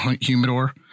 humidor